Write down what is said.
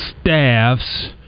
staffs